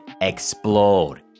explode